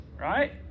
Right